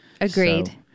Agreed